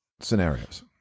scenarios